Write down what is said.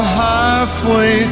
halfway